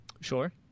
Sure